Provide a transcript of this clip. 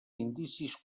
indicis